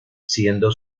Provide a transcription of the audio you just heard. siendo